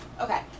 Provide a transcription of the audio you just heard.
Okay